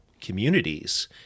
communities